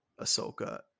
Ahsoka